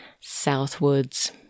southwards